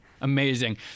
Amazing